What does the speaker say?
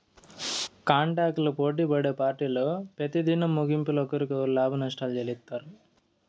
కాంటాక్టులు పోటిపడే పార్టీలు పెతిదినం ముగింపుల ఒకరికొకరు లాభనష్టాలు చెల్లిత్తారు